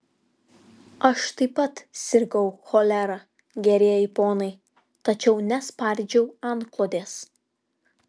aš taip pat sirgau cholera gerieji ponai tačiau nespardžiau antklodės